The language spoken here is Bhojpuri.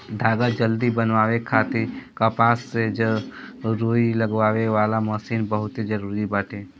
धागा जल्दी बनावे खातिर कपास से रुई अलगावे वाली मशीन बहुते जरूरी बाटे